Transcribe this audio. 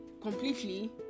completely